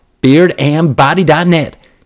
beardandbody.net